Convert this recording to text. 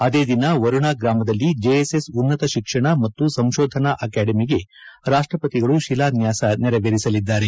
ಅದೇ ದಿನ ವರುಣ ಗ್ರಾಮದಲ್ಲಿ ಜೆಎಸ್ ಎಸ್ ಉನ್ನತ ಶಿಕ್ಷಣ ಮತ್ತು ಸಂಶೋಧನಾ ಆಕಾಡೆಮಿಗೆ ರಾಷ್ಟಪತಿಗಳು ಶಿಲಾನ್ಯಾಸ ನೆರವೇರಿಸಲಿದ್ದಾರೆ